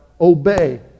obey